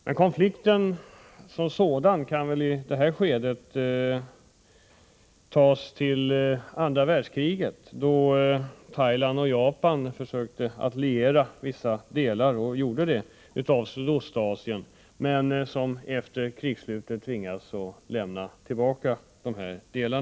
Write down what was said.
Men konflikten som sådan kan väl föras tillbaka till andra världskriget, då Thailand och Japan med sig lierade vissa delar Sydostasien men vid krigsslutet tvingades lämna tillbaka dessa delar.